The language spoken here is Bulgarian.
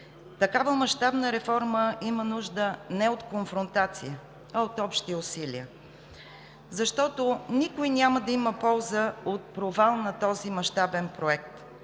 Такава мащабна реформа има нужда не от конфронтации, а от общи усилия, защото никой няма да има полза от провал на този мащабен проект.